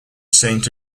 saint